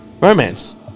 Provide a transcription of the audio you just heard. romance